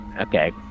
okay